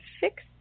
fix